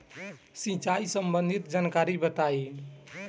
सिंचाई संबंधित जानकारी बताई?